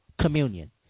communion